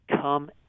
Come